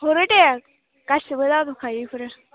हरो दे गासैबो जाजोबखायो बेफोरो